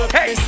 Hey